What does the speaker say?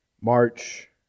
March